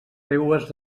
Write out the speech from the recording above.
seues